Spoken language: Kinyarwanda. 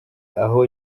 aho